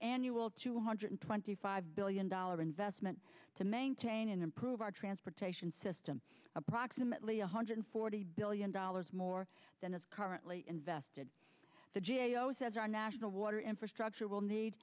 annual two hundred twenty five billion dollar investment to maintain and improve our transportation system approximately one hundred forty billion dollars more than it's currently invested the g a o says our national water infrastructure will need